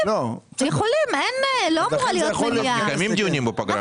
אנחנו מקיימים דיונים בפגרה.